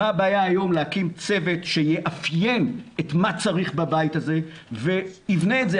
מה הבעיה היום להקים צוות שיאפיין את מה שצריך בבית הזה ויבנה את זה.